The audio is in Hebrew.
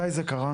מתי זה קרה?